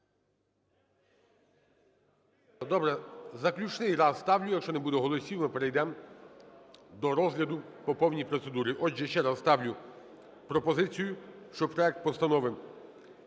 Добре. Заключний раз ставлю. Якщо не буде голосів, ми перейдемо до розгляду по повній процедурі. Отже, ще раз ставлю пропозицію, щоб проект Постанови